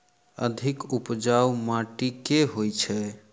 अधिक उपजाउ माटि केँ होइ छै?